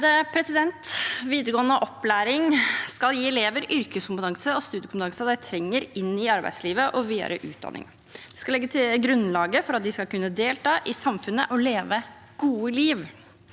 Videre- gående opplæring skal gi elever yrkeskompetansen og studiekompetansen de trenger inn i arbeidslivet og videre utdanning, og det skal legge grunnlaget for at de skal kunne delta i samfunnet og leve et godt liv.